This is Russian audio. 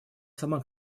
сама